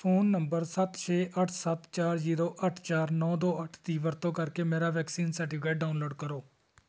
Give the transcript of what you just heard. phone number ਸੱਤ ਛੇ ਅੱਠ ਸੱਤ ਚਾਰ ਜ਼ੀਰੋ ਅੱਠ ਚਾਰ ਨੌ ਦੋ ਅੱਠ ਦੀ ਵਰਤੋਂ ਕਰਕੇ ਮੇਰਾ ਵੈਕਸੀਨ ਸਰਟੀਫਿਕੇਟ ਡਾਊਨਲੋਡ ਕਰੋ